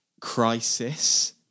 crisis